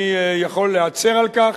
אני יכול להצר על כך.